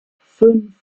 fünf